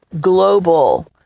global